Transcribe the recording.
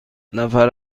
نفر